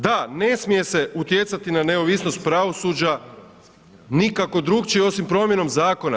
Da, ne smije se utjecati na neovisnost pravosuđa nikako drukčije osim promjenom zakona.